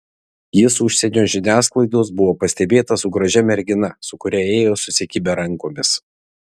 jis užsienio žiniasklaidos buvo pastebėtas su gražia mergina su kuria ėjo susikibę rankomis